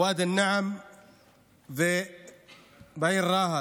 בוואדי אל-נעם ובעיר רהט.